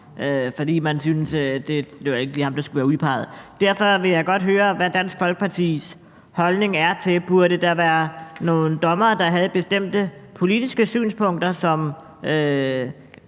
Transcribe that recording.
fordi man syntes, at det ikke lige var ham, der skulle være udpeget. Derfor vil jeg godt høre, hvad Dansk Folkepartis holdning er: Burde der være nogle dommere, der havde bestemte politiske synspunkter, som